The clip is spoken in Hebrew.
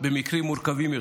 במקרים מורכבים יותר.